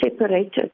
separated